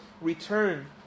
Return